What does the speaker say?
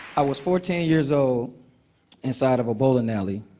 i was fourteen years old inside of a bowling alley,